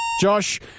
Josh